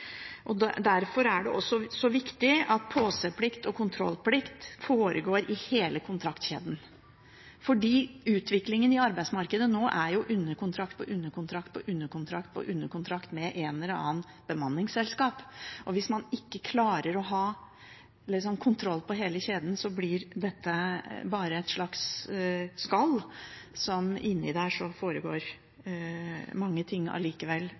Derfor er det også så viktig at påseplikt og kontrollplikt foregår i hele kontraktkjeden. Utviklingen i arbeidsmarkedet nå er jo underkontrakt på underkontrakt på underkontrakt med et eller annet bemanningsselskap. Hvis man ikke klarer å ha kontroll på hele kjeden, blir dette bare et slags skall der det foregår mange ting inni allikevel,